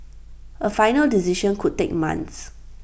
A final decision could take months